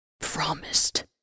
promised